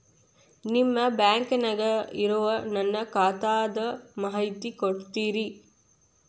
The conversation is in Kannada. ನಿಮ್ಮ ಬ್ಯಾಂಕನ್ಯಾಗ ಇರೊ ನನ್ನ ಖಾತಾದ ಮಾಹಿತಿ ಕೊಡ್ತೇರಿ?